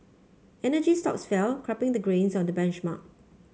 energy stocks fell capping the gains on the benchmark